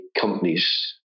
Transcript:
companies